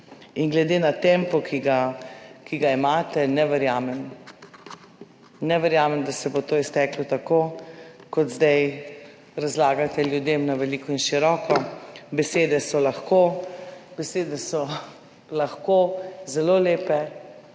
In glede na tempo, ki ga imate, ne verjamem, da se bo to izteklo tako, kot zdaj razlagate ljudem na veliko in široko. Besede so lahko. Besede so lahko zelo lepe.